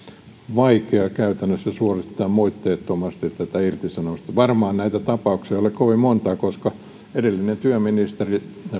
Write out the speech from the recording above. vaikeaa käytännössä suorittaa moitteettomasti tätä irtisanomista varmaan näitä tapauksia ei ole kovin montaa koska edellinen työministeri